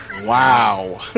Wow